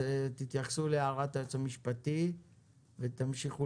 אז תתייחסו להערת היועץ המשפטי ותמשיכו